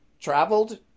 traveled